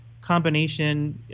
Combination